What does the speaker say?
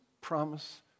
promise